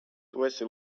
esi